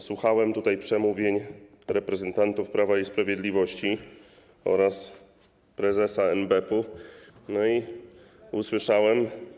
Słuchałem przemówień reprezentantów Prawa i Sprawiedliwości oraz prezesa NBP i usłyszałem.